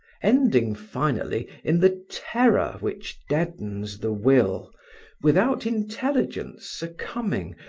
ending finally in the terror which deadens the will without intelligence succumbing,